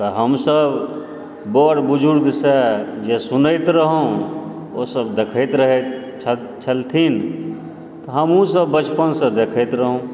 तऽ हमसब बड़ बुजुर्गसँ जे सुनैत रहौ ओ सब देखैत रह रहथि छलथिन तऽ हमहूँ सब बचपनसँ देखैत रहौ